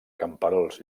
camperols